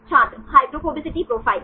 छात्र hydrophobicity profile